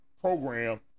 program